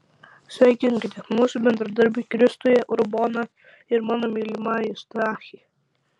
sveikinkite mūsų bendradarbį kristuje urboną ir mano mylimąjį stachį